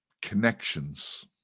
connections